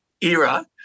era